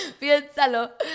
Piénsalo